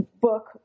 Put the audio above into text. book